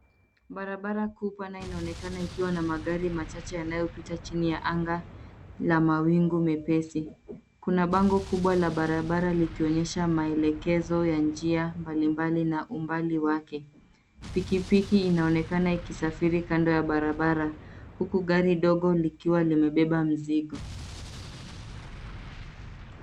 Barabara kuu pana inaonekana ikiwa na magari machache yanayopita chini ya anga la mawingu mepesi. Kuna bango kubwa la barabara likionyesha maelekezo ya njia mbalimbali na umbali wake. Pikipiki inaonekana ikisafiri kando ya barabara huku gari dogo likiwa limebeba mzigo.